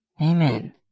Amen